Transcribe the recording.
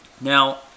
Now